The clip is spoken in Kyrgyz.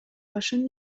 башын